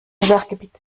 sachgebiet